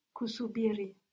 Kusubiri